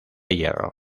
hierro